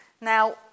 now